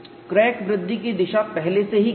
crack वृद्धि की दिशा पहले से ही ज्ञात है